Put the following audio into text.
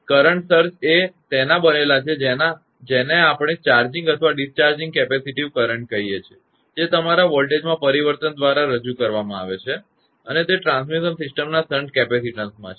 તેથી current surge એ તેના બનેલા છે જેને આપણે ચાર્જિંગ અથવા ડિસ્ચાર્જિંગ કેપેસિટીવ કરંટ કહીએ છીએ જે તમારા વોલ્ટેજમાં પરિવર્તન દ્વારા રજૂ કરવામાં આવે છે અને તે ટ્રાન્સમિશન સિસ્ટમના શંટ કેપેસિટીન્સમાં છે